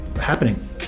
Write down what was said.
happening